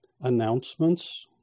announcements